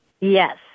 Yes